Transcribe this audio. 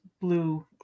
blue